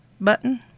button